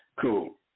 Cool